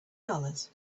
dollars